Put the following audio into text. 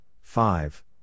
five